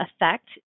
effect